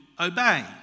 obey